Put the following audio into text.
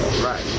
right